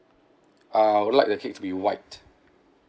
uh I would like the cake to be white